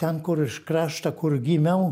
ten kur iš kraštą kur gimiau